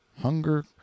hunger